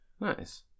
Nice